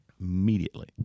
immediately